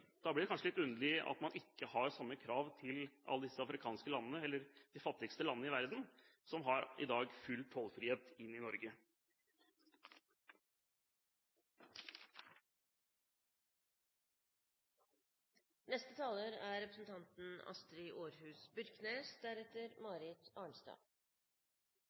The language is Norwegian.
blir det kanskje litt underlig at man ikke har samme krav til de fattigste landene i verden, som i dag har full tollfrihet inn i Norge. La meg fyrst takka representanten